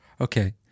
Okay